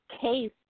case